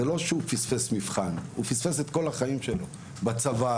זה לא שהוא פספס מבחן הוא פספס את כל החיים שלו: בצבא,